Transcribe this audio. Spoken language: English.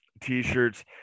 t-shirts